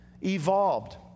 evolved